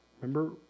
Remember